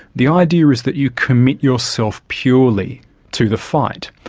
the idea is that you commit yourself purely to the fight.